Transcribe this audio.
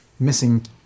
missing